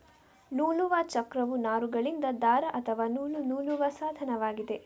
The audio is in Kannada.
ನೂಲುವ ಚಕ್ರವು ನಾರುಗಳಿಂದ ದಾರ ಅಥವಾ ನೂಲು ನೂಲುವ ಸಾಧನವಾಗಿದೆ